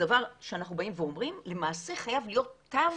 הדבר שאנחנו באים ואומרים למעשה חייב להיות תו